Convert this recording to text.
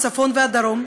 מהצפון והדרום,